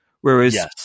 whereas